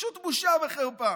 פשוט בושה וחרפה.